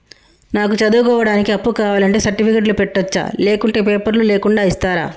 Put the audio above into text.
నాకు చదువుకోవడానికి అప్పు కావాలంటే సర్టిఫికెట్లు పెట్టొచ్చా లేకుంటే పేపర్లు లేకుండా ఇస్తరా?